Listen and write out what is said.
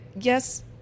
yes